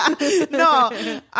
No